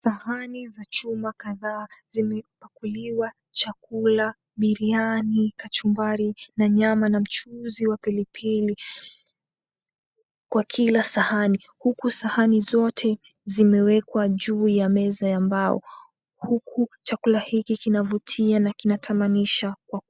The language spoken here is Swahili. Sahani za chuma kadhaa zimepakuliwa chakula, biriani, kachumbari na nyama na mchuzi wa pilipili kwa kila sahani. Huku sahani zote zimewekwa juu ya meza ya mbao. Huku chakula hiki kinavutia na kinatamanisha.